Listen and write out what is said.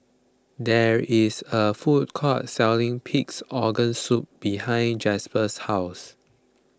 there is a food court selling Pig's Organ Soup behind Jasper's house